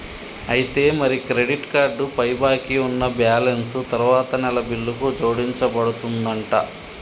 అయితే మరి credit card పై బాకీ ఉన్న బ్యాలెన్స్ తరువాత నెల బిల్లుకు జోడించబడుతుందంట